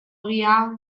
ogia